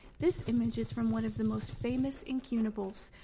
this image is from one of the most famous incunables,